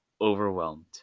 overwhelmed